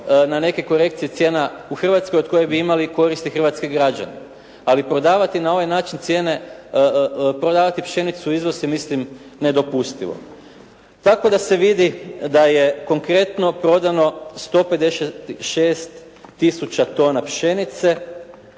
na neke korekcije cijena u Hrvatskoj od kojih bi imali koristi hrvatski građani. Ali prodavati na ovaj način cijene, prodavati pšenicu u izvoz je mislim nedopustivo. Kako da se vidi da je konkretno prodano 156000 tona pšenice?